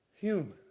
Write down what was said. human